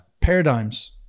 paradigms